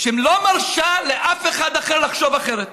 שלא מרשה לאף אחד אחר לחשוב אחרת.